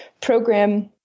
Program